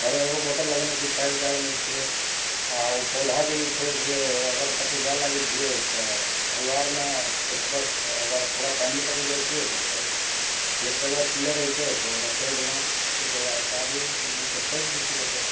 घरमे एगो मोटर लगेने छियै पाइप दै देनय छियै आ ओ पौधेके जे छै से अगर कतहुँ जाय लागै छियै तऽ परिवारमे केओ सदस्य अगर पूरा फैमिली कतहुँ जाइ छियै तऽ गेट वगैरह खुलले रहै छै तऽ ओकरा कहि देलहुँ एक आदमीके या सौंप दय छियै ककरो